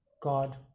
God